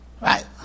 Right